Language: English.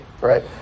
right